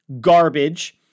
garbage